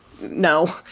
no